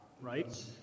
right